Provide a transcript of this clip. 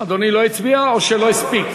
אדוני לא הצביע, או שלא הספיק?